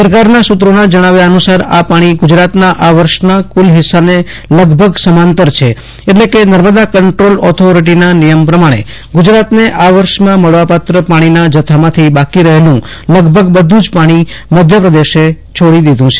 સરકારના સૂત્રોના જણાવ્યા અનુસાર આ પાણી ગુજરાતના આ વર્ષના કુલ હિસ્સાને લગભગ સમાંતર છે એટલે કે નર્મદા કંટ્રોલ ઓથોરીટીના નિયમ પ્રમાણે ગુજરાતને આ વર્ષમાં મળવાપાત્ર પાણીના જથ્થામાંથી બાકી રહેલું લગભગ બધું જ પાણી મધ્યપ્રદેશે છોડી દીધું છે